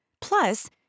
Plus